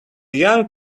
young